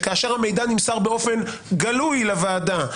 כאשר מידע נמסר באופן גלוי לוועדה,